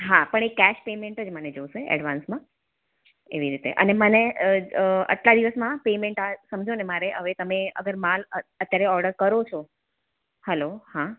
હા પણ એક કેશ પેમેન્ટ જ મને જોઈશે એડવાન્સમાં એવી રીતે અને મને આટલા દિવસમાં પેમેન્ટ સમજોને હવે તમને અગર માલ અત્યારે ઓર્ડર કરું છું હલો હા